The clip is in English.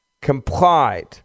complied